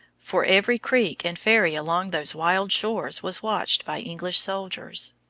for every creek and ferry along those wild shores was watched by english soldiers.